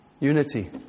Unity